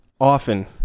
Often